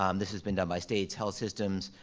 um this has been done by states, health systems,